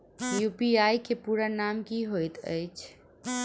UPI केँ पूरा नाम की होइत अछि?